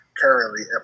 currently